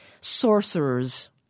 sorcerers